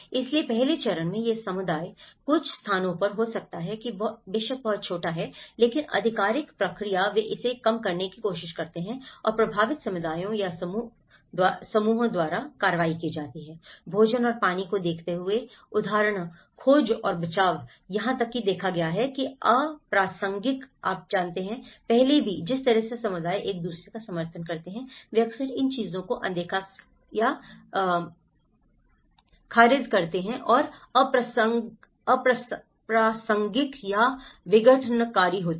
इसलिए पहले चरण में यह समुदाय कुछ स्थानों पर हो सकता है यह बहुत छोटा है लेकिन आधिकारिक प्रक्रिया वे इसे कम करने की कोशिश करते हैं और प्रभावित समुदायों या समूहों द्वारा कार्रवाई की जाती है भोजन और पानी को देखते हुए उदाहरण खोज और बचाव यहां तक कि देखा गया है अप्रासंगिक आप जानते हैं इसलिए भी जिस तरह से समुदाय एक दूसरे का समर्थन करते हैं वे अक्सर इन चीजों को अनदेखा या कचरा करते हैं और अप्रासंगिक या विघटनकारी होते हैं